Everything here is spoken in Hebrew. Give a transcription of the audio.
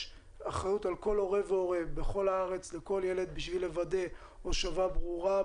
על כל הורה והורה בכל הארץ יש אחריות על כל ילד כדי לוודא הושבה ברורה,